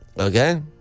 Okay